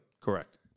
Correct